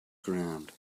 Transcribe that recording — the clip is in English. ground